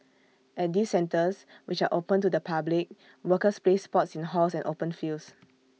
at these centres which are open to the public workers play sports in halls and open fields